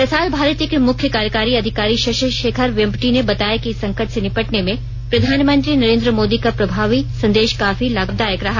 प्रसार भारती के मुख्य कार्यकारी अधिकारी शशि शेखर वेम्पटी ने बताया कि इस संकट से निपटने में प्रधानमंत्री नरेंद्र मोदी का प्रभावी संदेश काफी लाभदायक रहा